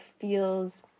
feels